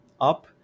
up